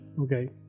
Okay